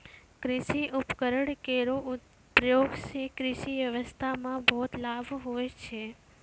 कृषि उपकरण केरो प्रयोग सें कृषि ब्यबस्था म बहुत लाभ होय छै